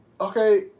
Okay